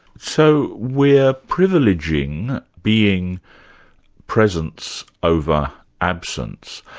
so we're privileging being presence over absence.